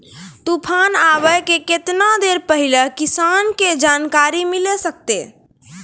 तूफान आबय के केतना देर पहिले किसान के जानकारी मिले सकते?